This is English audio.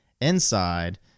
inside